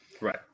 Right